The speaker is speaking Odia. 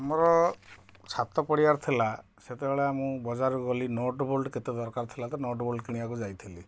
ଆମର ଛାତ ପଡ଼ିବାର ଥିଲା ସେତେବେଳେ ମୁଁ ବଜାରକୁ ଗଲି ନଟ୍ ବୋଲ୍ଟ କେତେ ଦରକାର ଥିଲା ତ ନଟ୍ ବୋଲ୍ଟ କିଣିବାକୁ ଯାଇଥିଲି